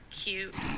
cute